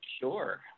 sure